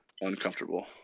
uncomfortable